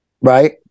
Right